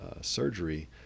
surgery